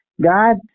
God